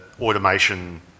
automation